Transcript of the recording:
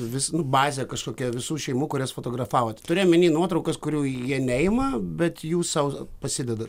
vis nu bazę kažkokią visų šeimų kurias fotografavot turiu omeny nuotraukas kurių jie neima bet jūs sau pasidedat